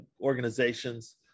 organizations